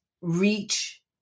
reach